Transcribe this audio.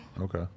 Okay